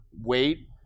weight